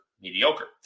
mediocre